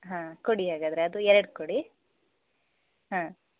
ಹಾಂ ಕೊಡಿ ಹಾಗಾದರೆ ಅದು ಎರಡು ಕೊಡಿ ಹಾಂ